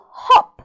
hop